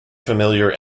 familiar